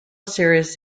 serious